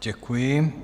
Děkuji.